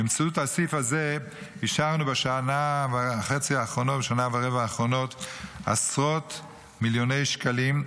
באמצעות הסעיף הזה אישרנו בשנה ורבע האחרונות עשרות מיליוני שקלים,